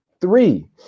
three